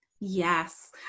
Yes